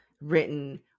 written